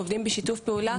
עובדים בשיתוף פעולה.